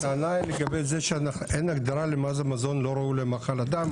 הטענה היא לגבי זה שאין הגדרה למה זה מזון לא ראוי למאכל אדם.